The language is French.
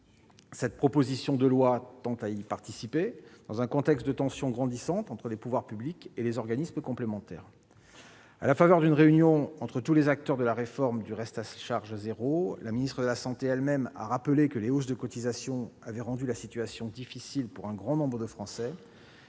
Cette proposition de loi y concourt, dans un contexte de tensions grandissantes entre les pouvoirs publics et les organismes complémentaires. À l'occasion d'une réunion entre tous les acteurs de la réforme du reste à charge zéro, la ministre de la santé elle-même a souligné que les hausses de cotisations avaient rendu la situation difficile pour un grand nombre de Français,